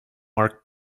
mark